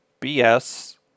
BS